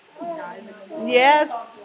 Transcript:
Yes